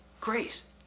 Grace